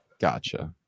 Gotcha